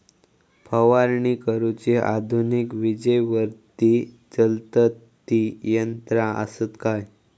फवारणी करुची आधुनिक विजेवरती चलतत ती यंत्रा आसत काय?